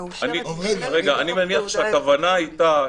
"תעודה אלקטרונית מאושרת" נכללת בתוך "תעודה אלקטרונית".